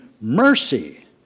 mercy